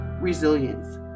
resilience